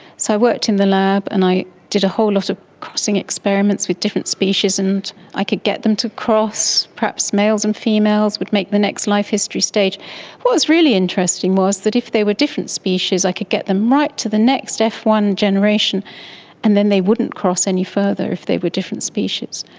so i worked in the lab and i did a whole lot of crossing experiments with different species and i could get them to cross, perhaps males and females would make the next life history stage. what was really interesting was that if they were different species i could get them right to the next f one generation and then they wouldn't cross any further if they were different species.